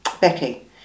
Becky